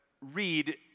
read